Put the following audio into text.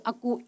Aku